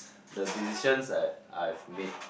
the decisions that I've made